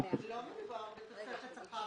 לא מדובר בתוספת שכר.